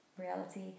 reality